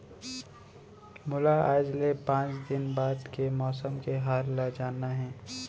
मोला आज ले पाँच दिन बाद के मौसम के हाल ल जानना हे?